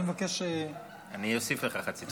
אני מבקש, אני אוסיף לך חצי דקה.